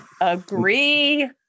Agree